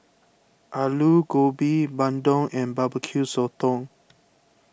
Aloo Gobi Bandung and Barbecue Sotong